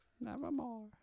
Nevermore